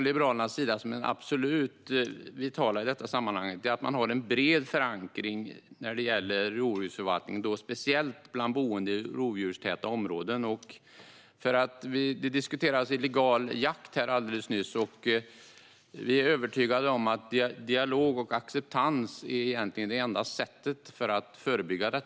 Liberalerna anser att det är vitalt att man har en bred förankring, särskilt bland boende i rovdjurstäta områden. Alldeles nyss diskuterades illegal jakt. Vi är övertygade om att dialog och acceptans är bra sätt att förebygga det.